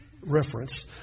reference